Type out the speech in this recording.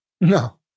No